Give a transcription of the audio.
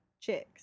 chicks